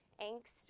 angst